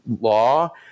law